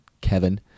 Kevin